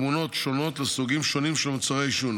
תמונת שונות לסוגים שונים של מוצרי עישון,